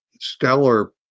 stellar